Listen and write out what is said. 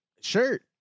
Shirt